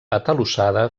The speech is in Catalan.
atalussada